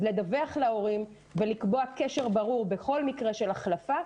אז לדווח להורים ולקבוע קשר ברור בכל מקרה של החלפה,